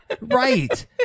Right